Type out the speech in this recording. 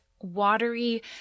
watery